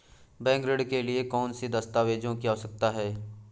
Bank ऋण के लिए कौन से दस्तावेजों की आवश्यकता है?